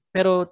Pero